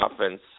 offense